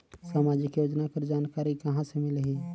समाजिक योजना कर जानकारी कहाँ से मिलही?